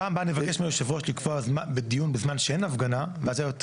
בפעם הבאה נבקש מיושב הראש לקבוע ועדה כשאין הפגנה ואז יהיה יותר